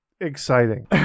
exciting